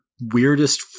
weirdest